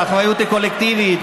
האחריות היא קולקטיבית.